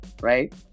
right